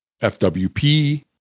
fwp